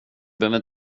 behöver